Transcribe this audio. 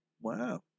Wow